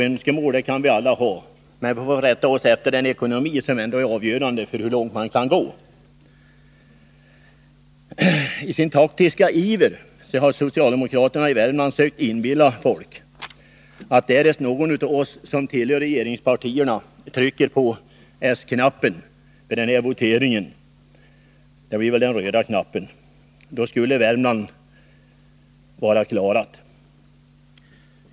Önskemål kan vi ju alla ha, men vi får rätta oss efter vår ekonomi, som ändå är avgörande för hur långt vi kan gå. I sin taktiska iver har socialdemokraterna i Värmland sökt inbilla folk att därest någon av oss som tillhör regeringspartierna trycker på s-knappen vid den här voteringen — det blir väl den röda knappen — skulle Värmland vara klarat.